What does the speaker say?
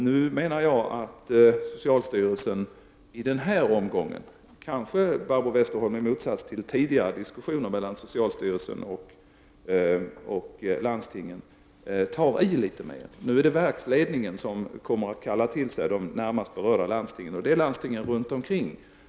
Jag menar nu att socialstyrelsen i den här omgången — kanske i motsats till tidigare diskussioner mellan socialstyrelsen och landstingen, Barbro Westerholm — tar i litet mer. Nu kommer verksledningen att kalla till sig de närmast berörda landstingen, och det är de landsting som ligger runt omkring.